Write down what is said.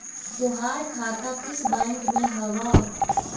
तोहार खाता किस बैंक में हवअ